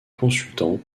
consultant